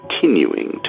continuing